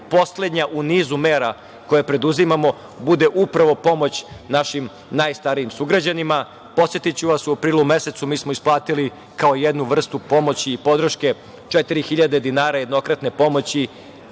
poslednja u nizu mera koje preduzimamo bude upravo pomoć našim najstarijim sugrađanima. Posetiću vas, u aprilu mesecu, mi smo isplatili kao jednu vrstu pomoći i podrške 4.000 dinara, jednokratne pomoći